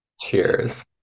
cheers